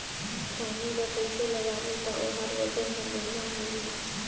खैनी ला कइसे लगाबो ता ओहार वजन हर बेडिया होही?